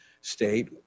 state